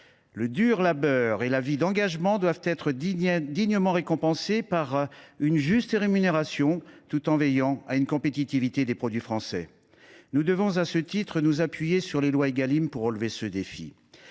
Le dur labeur et la vie d’engagement doivent être dignement récompensés par une juste rémunération, mais il faut aussi veiller à la compétitivité des produits français. Nous devons, à ce titre, nous appuyer sur les lois Égalim pour relever ce défi.